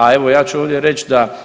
A evo ja ću ovdje reći da